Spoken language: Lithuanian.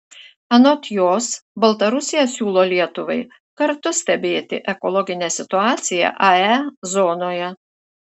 anot jos baltarusija siūlo lietuvai kartu stebėti ekologinę situaciją ae zonoje